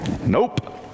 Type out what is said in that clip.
Nope